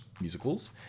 musicals